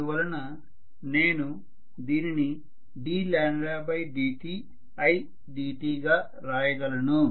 అందువలన నేను దీనిని ddtidtగా రాయగలను